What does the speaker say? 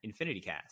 InfinityCast